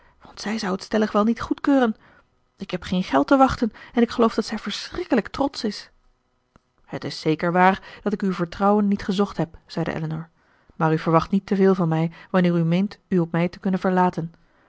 want zij zou het stellig wel niet goedkeuren ik heb geen geld te wachten en ik geloof dat zij verschrikkelijk trotsch is het is zeker waar dat ik uw vertrouwen niet gezocht heb zeide elinor maar u verwacht niet te veel van mij wanneer u meent u op mij te kunnen verlaten